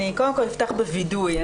קודם כל אפתח בווידוי.